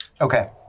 Okay